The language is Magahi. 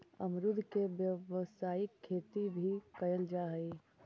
अमरुद के व्यावसायिक खेती भी कयल जा हई